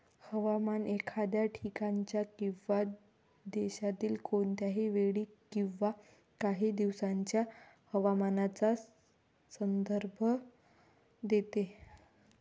हवामान एखाद्या ठिकाणाच्या किंवा देशातील कोणत्याही वेळी किंवा काही दिवसांच्या हवामानाचा संदर्भ देते